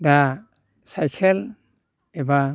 दा साइखेल एबा